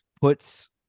puts